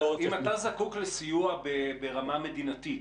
אם אתה זקוק לסיוע ברמה מדינתית,